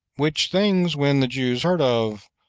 which things when the jews heard of,